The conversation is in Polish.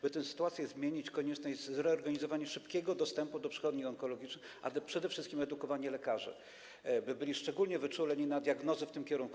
By tę sytuację zmienić, konieczne jest zreorganizowanie szybkiego dostępu do przychodni onkologicznych, ale przede wszystkim edukowanie lekarzy, by byli szczególnie wyczuleni na diagnozy w tym kierunku.